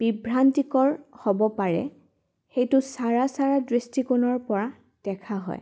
বিভ্ৰান্তিকৰ হ'ব পাৰে সেইটো চাৰা চাৰা দৃষ্টিকোণৰপৰা দেখা হয়